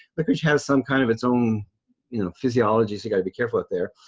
licorice has some kind of its own you know physiology, so you gotta be careful out there.